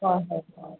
ꯍꯣꯏ ꯍꯣꯏ ꯐꯔꯦ